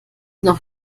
noch